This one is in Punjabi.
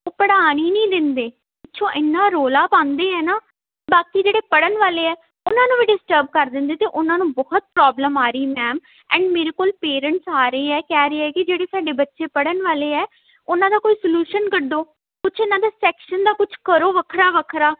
ਉਹ ਪੜ੍ਹਾਉਣ ਹੀ ਨਹੀਂ ਦਿੰਦੇ ਪਿਛੋਂ ਇੰਨਾ ਰੋਲਾ ਪਾਉਂਦੇ ਹੈ ਨਾ ਬਾਕੀ ਜਿਹੜੇ ਪੜ੍ਹਨ ਵਾਲੇ ਹੈ ਉਹਨਾਂ ਨੂੰ ਵੀ ਡਿਸਟਰਬ ਕਰ ਦਿੰਦੇ ਅਤੇ ਉਹਨਾਂ ਨੂੰ ਬਹੁਤ ਪ੍ਰੋਬਲਮ ਰਹੀ ਮੈਮ ਐਂਡ ਮੇਰੇ ਕੋਲ ਪੇਰੈਂਸਟਸ ਆ ਰਹੇ ਹੈ ਕਹਿ ਰਹੇ ਆ ਕਿ ਜਿਹੜੇ ਸਾਡੇ ਬੱਚੇ ਪੜ੍ਹਨ ਵਾਲੇ ਹੈ ਉਹਨਾਂ ਦਾ ਕੋਈ ਸਲਿਊਸ਼ਨ ਕੱਢੋ ਕੁਛ ਉਹਨਾਂ ਦਾ ਸੈਕਸ਼ਨ ਦਾ ਕੁਛ ਕਰੋ ਵੱਖਰਾ ਵੱਖਰਾ